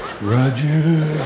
roger